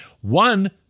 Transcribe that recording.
One